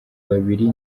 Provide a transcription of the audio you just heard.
babiri